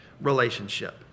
relationship